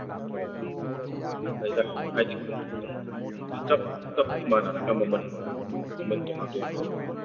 ꯑꯣ ꯆꯞꯇꯤ ꯃꯥꯟꯅꯔꯒ ꯃꯃꯟ ꯃꯃꯟ